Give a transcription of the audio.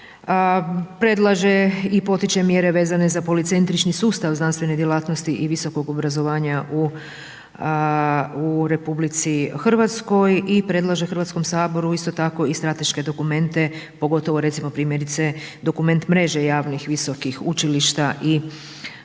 predlaže i potiče mjere vezane za policentrični sustav znanstvene djelatnosti i visokog obrazovanja u RH i predlaže HS isto tako i strateške dokumente pogotovo recimo primjerice dokument mreže javnih visokih učilišta i javnih